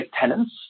tenants